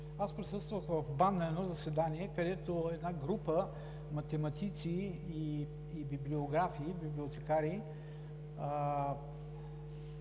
Аз присъствах в БАН на едно заседание, където една група математици и библиографи – библиотекари,